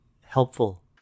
helpful